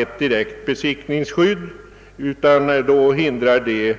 ett direkt besittningsskydd inte bör införas.